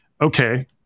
okay